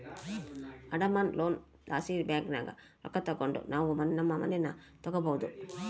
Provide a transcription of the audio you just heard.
ಅಡಮಾನ ಲೋನ್ ಲಾಸಿ ಬ್ಯಾಂಕಿನಾಗ ರೊಕ್ಕ ತಗಂಡು ನಾವು ನಮ್ ಮನೇನ ತಗಬೋದು